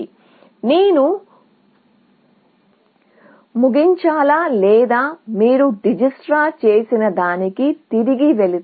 కాబట్టి నేను ముగించాలా లేదా మీరు డిజికిస్ట్రా చేసినదానికి తిరిగి వెళితే